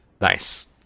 Nice